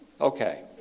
Okay